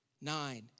Nine